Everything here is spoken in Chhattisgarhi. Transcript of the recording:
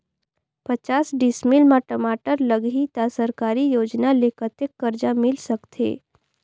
पचास डिसमिल मा टमाटर लगही त सरकारी योजना ले कतेक कर्जा मिल सकथे?